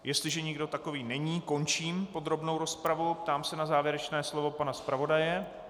Jestliže nikdo takový není, končím podrobnou rozpravu a ptám se na závěrečné slovo pana zpravodaje.